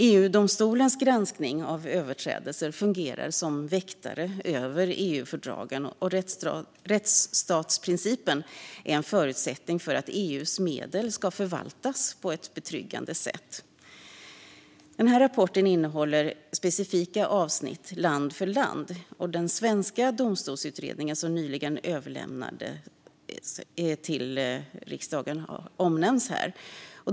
EU-domstolens granskning av överträdelser fungerar som väktare över EU-fördragen, och rättsstatsprincipen är en förutsättning för att EU:s medel ska förvaltas på ett betryggande sätt. Denna rapport innehåller specifika avsnitt, land för land. Den svenska domstolsutredning som nyligen överlämnades till riksdagen omnämns här.